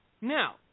Now